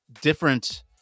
different